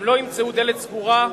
הם לא ימצאו דלת סגורה,